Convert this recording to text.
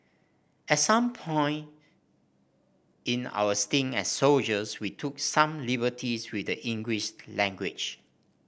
at some point in our stint as soldiers we took some liberties with the English language